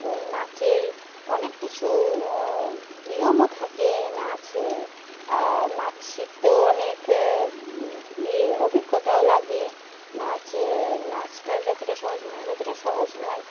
তো নাচের অনেক কিছু নিয়মও থাকে নাচ নাচ শিখতেও অনেক ইয়ে অভিজ্ঞতাও লাগে নাচ নাচটা যতটা সহজ মনে হয় ততটা সহজ নয়